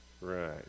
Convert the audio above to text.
Right